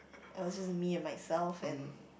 it was just me and myself and